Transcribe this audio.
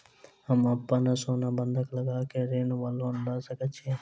हम अप्पन सोना बंधक लगा कऽ ऋण वा लोन लऽ सकै छी?